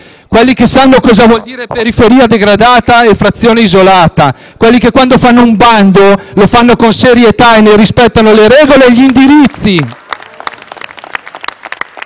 quelli che sanno cosa vuol dire periferia degradata e frazione isolata, sindaci che, quando fanno un bando, lo fanno con serietà e ne rispettano le regole e gli indirizzi.